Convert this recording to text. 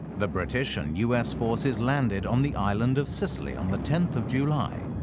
the british and u s. forces landed on the island of sicily on the tenth of july.